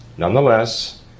Nonetheless